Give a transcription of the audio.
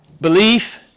belief